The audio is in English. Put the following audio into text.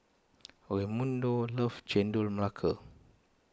Raymundo loves Chendol Melaka